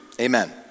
amen